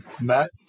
Matt